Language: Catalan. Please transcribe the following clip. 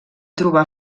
trobà